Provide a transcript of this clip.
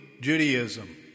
Judaism